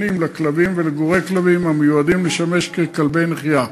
לכלבים ולגורי כלבים המיועדים לשמש ככלבי נחייה.